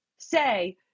Say